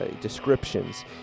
Descriptions